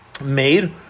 made